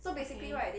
okay